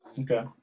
Okay